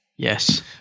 Yes